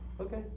Okay